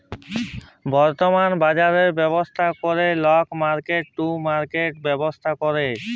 বর্তমাল বাজরের ব্যবস্থা ক্যরে লক মার্কেট টু মার্কেট ব্যবসা ক্যরে